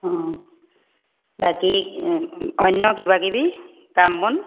অঁ বাকী অন্য কিবা কিবি কাম বন